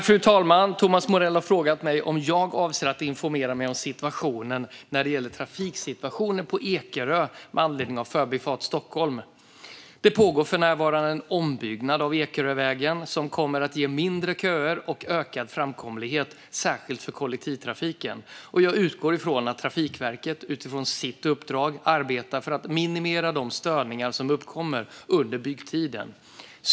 Fru talman! har frågat mig om jag avser att informera mig om situationen när det gäller trafiksituationen på Ekerö med anledning av Förbifart Stockholm. Det pågår för närvarande en ombyggnad av Ekerövägen som kommer att ge mindre köer och ökad framkomlighet, särskilt för kollektivtrafiken. Jag utgår ifrån att Trafikverket utifrån sitt uppdrag arbetar för att minimera de störningar som uppkommer under byggtiden.